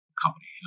Company